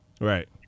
right